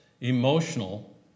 emotional